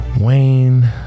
wayne